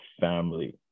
family